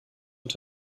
und